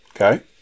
okay